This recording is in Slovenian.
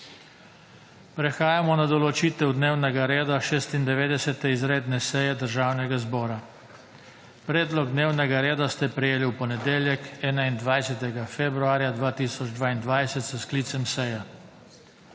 Prehajamo na določitev dnevnega reda 93. izredne seje Državnega zbora. Predlog dnevnega reda ste prejeli v torek, 11. januarja 2022, s sklicem seje.